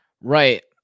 Right